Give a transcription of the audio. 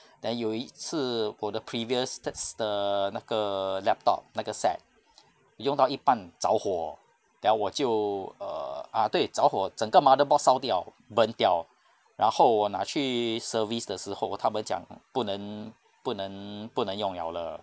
then 有一次我的 previous stats 的那个 laptop 那个 set 用到一半着火 then 我就 err ah 对着火整个 motherboard 烧掉 burn 掉然后我拿去 service 的时候他们讲不能不能不能用 liao 了